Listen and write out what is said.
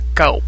go